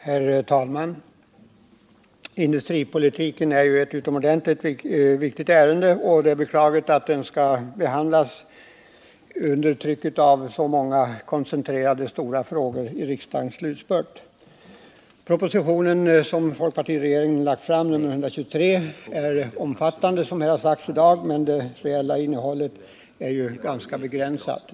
Herr talman! Industripolitiken är ett utomordentligt viktigt ärende, och det är beklagligt att det skall behandlas under trycket av så många stora frågor i riksdagens slutspurt. Den av folkpartiregeringen framlagda propositionen 123 är, som sagts tidigare i dag, omfattande, men det reella innehållet är ganska begränsat.